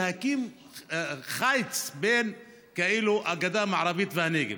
להקים כאילו חיץ בין הגדה המערבית לנגב.